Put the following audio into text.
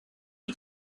you